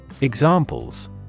Examples